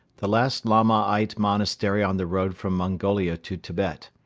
the last lamaite monastery on the road from mongolia to tibet.